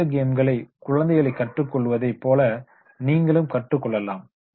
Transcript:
video கேம்களை குழந்தைகள் கற்றுக் கொள்வதைப் போல நீங்களும் கற்றுக்கொள்ளலாம்